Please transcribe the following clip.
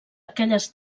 aquelles